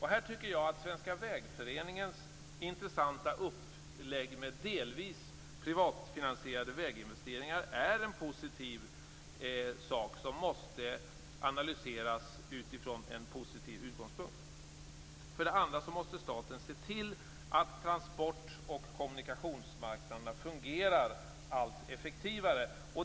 Här är Svenska Vägföreningens intressanta upplägg med delvis privatfinansierade väginvesteringar en positiv sak, som måste analyseras från en positiv utgångspunkt. För det andra måste staten se till att transport och kommunikationsmarknaderna fungerar allt effektivare.